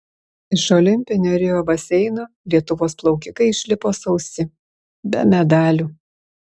iš olimpinio rio baseino lietuvos plaukikai išlipo sausi be medalių